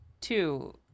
two